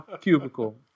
cubicle